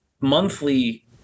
monthly